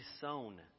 sown